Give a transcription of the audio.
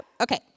Okay